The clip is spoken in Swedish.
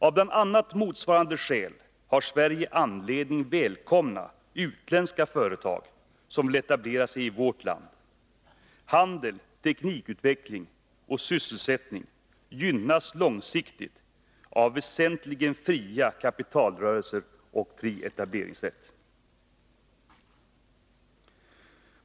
Av bl.a. motsvarande skäl har Sverige anledning att välkomna utländska företag som vill etablera sig i vårt land. Handel, teknikutveckling och sysselsättning gynnas långsiktigt av väsentligen fria kapitalrörelser och fri etableringsrätt.